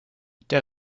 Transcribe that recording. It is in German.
der